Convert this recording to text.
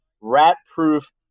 rat-proof